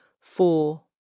four